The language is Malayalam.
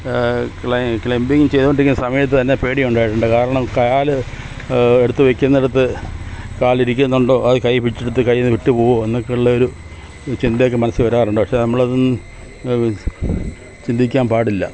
ക്ലെമ്പിംഗ് ചെയ്തോണ്ടിരിക്കുന്ന സമയത്ത് തന്നെ പേടിയുണ്ടായിട്ടുണ്ട് കാരണം കാല് എടുത്തുവയ്ക്കുന്നിടത്ത് കാലിരിക്കുന്നുണ്ടോ കൈപിടിച്ചെടുത്ത് കയ്യീന്ന് വിട്ടുപോവോ എന്നൊക്കെയുള്ള ഒരു ചിന്തയൊക്കെ മനസ്സിൽ വരാറുണ്ട് പക്ഷേ നമ്മളത് ചിന്തിക്കാന് പാടില്ല